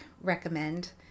recommend